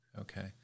Okay